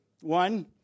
one